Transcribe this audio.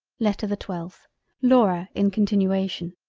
letter the twelfth laura in continuation